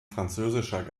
französischer